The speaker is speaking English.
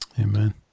Amen